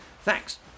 Thanks